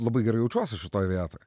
labai gerai jaučiuosi šitoj vietoj